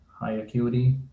high-acuity